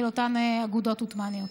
של אותן אגודות עות'מאניות.